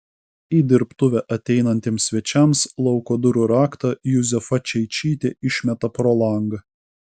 į dirbtuvę ateinantiems svečiams lauko durų raktą juzefa čeičytė išmeta pro langą